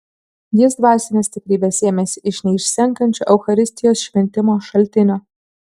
jis dvasinės stiprybės sėmėsi iš neišsenkančio eucharistijos šventimo šaltinio